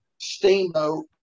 Steamboat